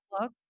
look